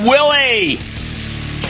Willie